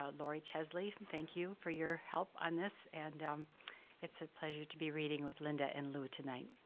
ah laurie chesley, thank you for your help on this, and um it's a pleasure to be reading with linda and lew tonight.